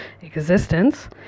existence